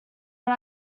but